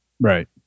Right